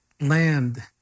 land